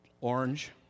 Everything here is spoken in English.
orange